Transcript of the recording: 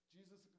Jesus